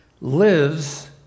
lives